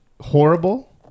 horrible